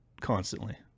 constantly